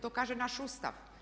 To kaže naš Ustav.